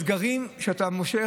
אלה אתגרים שאתה מושך.